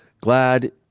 glad